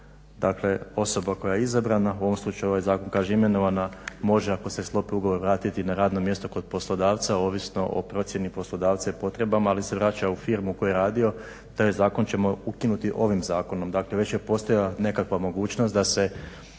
osoba koja je izabrana u ovom slučaju ovaj zakon kaže imenovana može ako se sklopi ugovor vratiti na radno mjesto poslodavca ovisno o procijeni poslodavca i potrebama ali se vraća u firmu u kojoj je radio. Taj zakon ćemo ukinuti ovim zakonom. Dakle već je postojala nekakva mogućnost da se